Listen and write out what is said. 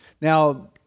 Now